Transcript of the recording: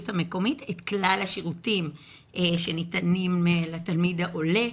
המקומית את כלל השירותים שניתנים לתלמיד העולה,